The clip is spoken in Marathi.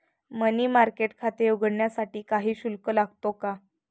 मनी मार्केट खाते उघडण्यासाठी काही शुल्क लागतो का?